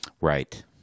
Right